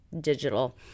digital